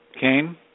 Kane